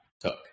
took